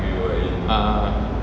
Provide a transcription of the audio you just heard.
ah ah ah